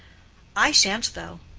i shan't though,